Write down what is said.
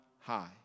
high